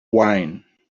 wine